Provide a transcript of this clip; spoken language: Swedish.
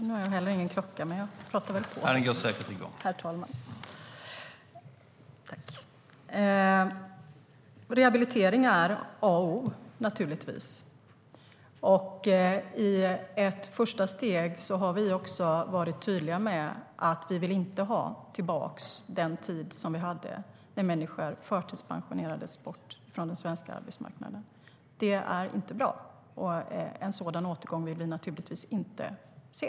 Herr talman! Rehabilitering är naturligtvis A och O. I ett första steg har vi också varit tydliga med att vi inte vill ha tillbaka den tid vi hade då människor förtidspensionerades bort från den svenska arbetsmarknaden. Det är inte bra, och en sådan återgång vill vi naturligtvis inte se.